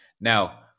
Now